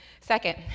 Second